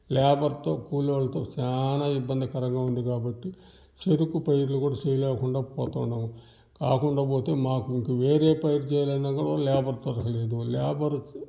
లేబర్తో కూలి వాళ్ళతో చాలా ఇబ్బందికరంగా ఉంది కాబట్టి చెరుకు పైరులు కూడా చేయలేకుండా పోతున్నాము కాకుండా పోతే మాకు ఇంకా వేరే పైరు చేయాలి అనుకున్న లేబర్తో లేదు లేబర్